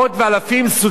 כל יום,